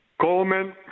Coleman